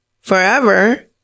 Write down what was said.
forever